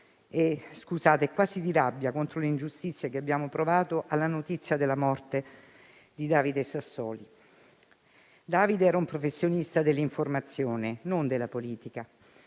- scusate - quasi rabbia contro l'ingiustizia che abbiamo provato alla notizia della morte di David Sassoli. David era un professionista dell'informazione, non della politica.